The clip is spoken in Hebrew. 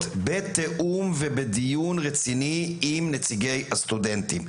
בתיאום ובדיון רציני עם נציגי הסטודנטים?